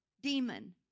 demon